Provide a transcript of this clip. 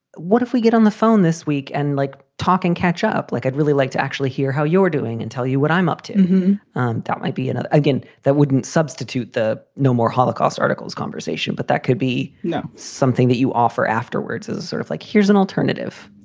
what if we get on the phone this week and like, talk and catch ah up? like, i'd really like to actually hear how you're doing and tell you what i'm up to. that might be. and again, that wouldn't substitute the. no more holocaust articles conversation, but that could be something that you offer afterwards is sort of like here's an alternative.